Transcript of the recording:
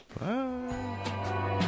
Bye